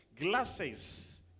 glasses